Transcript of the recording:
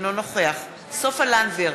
אינו נוכח סופה לנדבר,